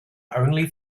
only